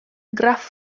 graf